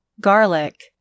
Garlic